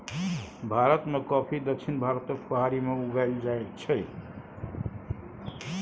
भारत मे कॉफी दक्षिण भारतक पहाड़ी मे उगाएल जाइ छै